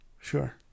sure